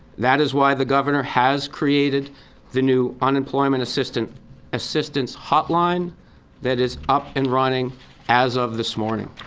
that is why the governor has created the new unemployment assistance assistance hotline that is up and running as of this morning.